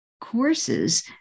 courses